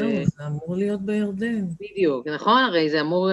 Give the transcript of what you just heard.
נו, זה אמור להיות בירדן. בדיוק, נכון, הרי זה אמור...